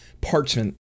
parchment